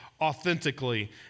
authentically